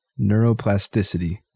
Neuroplasticity